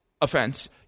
offense